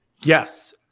Yes